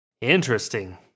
Interesting